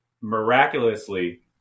miraculously